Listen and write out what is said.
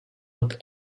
und